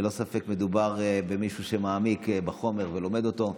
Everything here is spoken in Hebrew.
ללא ספק מדובר במישהו שמעמיק בחומר ולומד אותו,